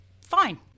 Fine